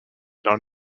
not